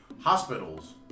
hospitals